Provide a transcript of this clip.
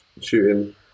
shooting